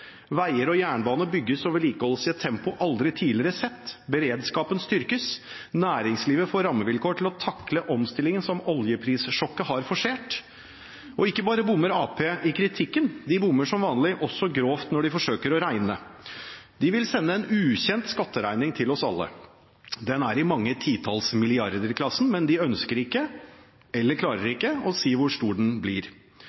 Veier og jernbane bygges og vedlikeholdes i et tempo vi aldri tidligere har sett. Beredskapen styrkes. Næringslivet får rammevilkår til å takle omstillingen som oljeprissjokket har forsert. Ikke bare bommer Arbeiderpartiet i kritikken, de bommer som vanlig også grovt når de forsøker å regne. De vil sende en ukjent skatteregning til oss alle. Den er i mange titalls milliarderklassen, men de ønsker ikke – eller klarer